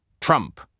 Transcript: Trump